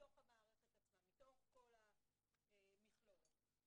מישהו מהמכלול הזה.